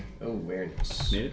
awareness